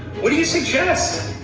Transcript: what do you suggest?